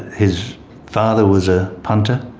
his father was a punter,